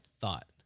thought